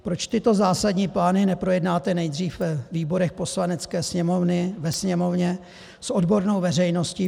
Proč tyto zásadní plány neprojednáte nejdřív ve výborech Poslanecké sněmovny, ve Sněmovně, s odbornou veřejností?